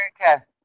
America